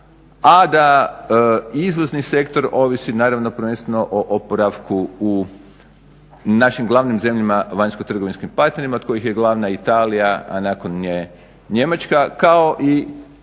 a da izvozni sektor ovisi naravno prvenstveno o oporavku u našim glavnim zemljama vanjsko trgovinskim parterima od kojih je glavna Italija a nakon nje Njemačka kao i